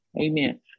Amen